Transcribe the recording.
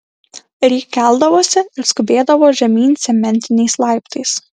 ir ji keldavosi ir skubėdavo žemyn cementiniais laiptais